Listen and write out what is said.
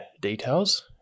details